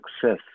success